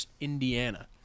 Indiana